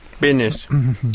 Business